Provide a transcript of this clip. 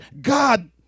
God